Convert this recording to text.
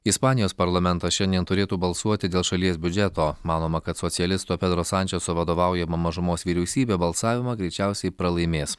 ispanijos parlamentas šiandien turėtų balsuoti dėl šalies biudžeto manoma kad socialisto pedro sančeso vadovaujama mažumos vyriausybė balsavimą greičiausiai pralaimės